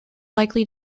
likely